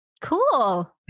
cool